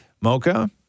Mocha